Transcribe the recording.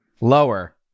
Lower